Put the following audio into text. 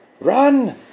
Run